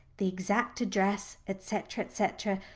the exact address, etc, etc,